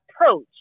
approach